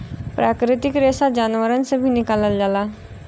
प्राकृतिक रेसा जानवरन से भी निकालल जाला